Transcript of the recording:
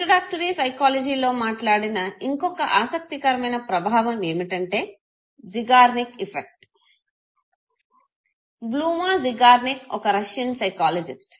introductory సైకాలజీలో మాట్లాడిన ఇంకొక ఆసక్తికరమైన ప్రభావం ఏమిటంటే జిగ్నర్నిక్ ప్రభావం బ్లుమా జిగ్నర్నిక్ ఒక రష్యన్ సైకాలజిస్ట్